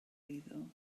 eiddo